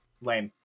lame